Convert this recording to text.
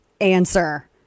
answer